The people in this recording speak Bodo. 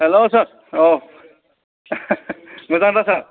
हेलौ सार औ मोजाङै दं सार